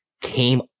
came